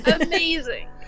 Amazing